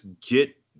get